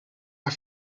are